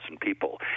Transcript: people